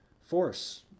force